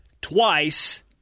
twice